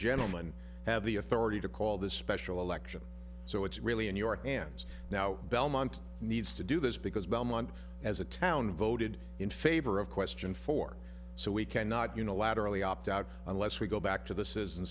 gentlemen have the authority to call this special election so it's really a new york and now belmont needs to do this because belmont has a town voted in favor of question for so we cannot unilaterally opt out unless we go back to the